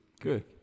Good